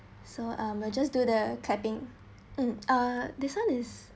so um we'll just do the clapping uh this one is